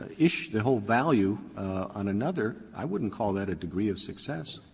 issue the whole value on another, i wouldn't call that a degree of success.